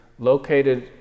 located